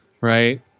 right